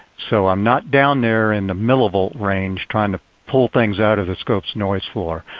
so i'm not down there in the millivolts range trying to pull things out of the scope's noise floor.